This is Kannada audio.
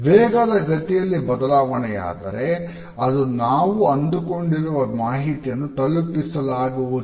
ವೇಗದ ಗತಿಯಲ್ಲಿ ಬದಲಾವಣೆಯಾದರೆ ಅದು ನಾವು ಅಂದುಕೊಂಡಿರುವ ಮಾಹಿತಿಯನ್ನು ತಲುಪಿಸಲಾಗುವುದಿಲ್ಲ